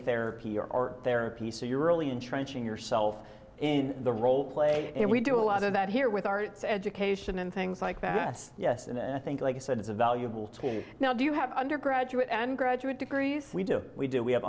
therapy or therapy so you're really in trenching yourself in the role play and we do a lot of that here with arts education and things like that yes and i think like i said it's a valuable tool now do you have undergraduate and graduate degrees we do we do we have